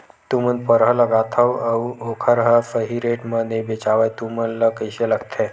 तू मन परहा लगाथव अउ ओखर हा सही रेट मा नई बेचवाए तू मन ला कइसे लगथे?